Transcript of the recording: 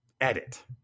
edit